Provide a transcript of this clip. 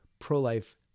pro-life